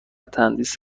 تندیس